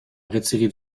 retiré